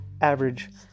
average